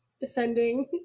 defending